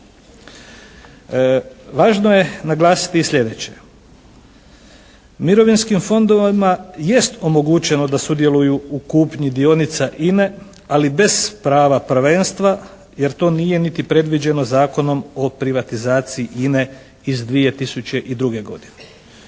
Važno je naglasiti slijedeće. Mirovinskim fondovima jest omogućeno da sudjeluju u kupnji dionica INA-e ali bez prava prvenstva jer to nije niti predviđeno Zakonom o privatizaciji INA-e iz 2002. godine.